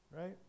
Right